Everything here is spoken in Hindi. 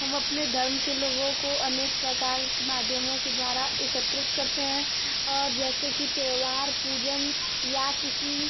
हम अपने धर्म के लोगों को अनेक प्रकार के माध्यमों के द्वारा एकत्रित करते हैं और जैसे कि त्योहार पूजन या किसी